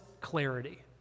clarity